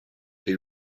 they